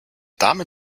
dame